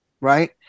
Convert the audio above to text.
Right